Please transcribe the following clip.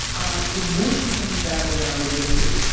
am i emotionally better than i was yesterday?